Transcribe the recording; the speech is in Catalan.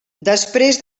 després